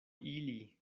ili